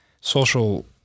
social